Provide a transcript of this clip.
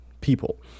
people